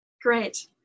Great